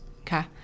okay